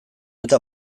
eta